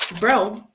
bro